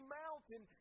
mountain